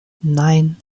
nein